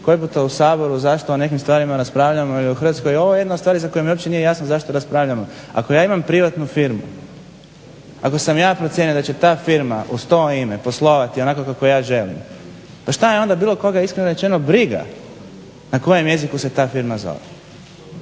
koji puta u Saboru zašto o nekim stvarima raspravljamo ili u Hrvatskoj. Ovo je jedna od stvari za koju mi uopće nije jasno zašto raspravljamo. Ako ja imam privatnu firmu, ako sam ja procijenio da će ta firma uz to ime poslovati onako kako ja želim, pa šta je onda bilo koga iskreno rečeno briga na kojem jeziku se ta firma zove.